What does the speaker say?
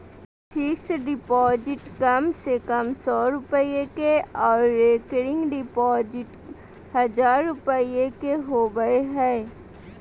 fixed deposit कम से कम सौ रुपया के आर रेकरिंग डिपॉजिट हजार रुपया के होबय हय